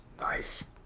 Nice